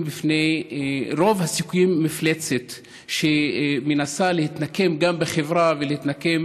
בפני מפלצת שמנסה להתנקם גם בחברה ולהתנקם